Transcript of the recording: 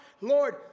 Lord